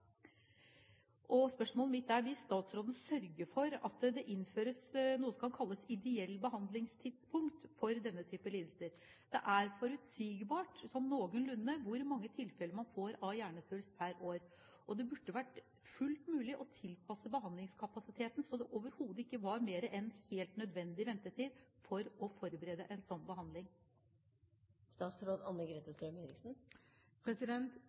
og frustrasjon for pasienten hver eneste dag. Spørsmålet mitt er: Vil statsråden sørge for at det innføres noe som kan kalles ideelt behandlingstidspunkt for denne type lidelser? Det er forutsigbart, sånn noenlunde, hvor mange tilfeller man får av hjernesvulst per år. Det burde vært fullt mulig å tilpasse behandlingskapasiteten slik at det overhodet ikke var mer enn helt nødvendig ventetid for å forberede en sånn behandling.